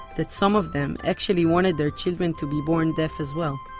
that some of them actually wanted their children to be born deaf as well,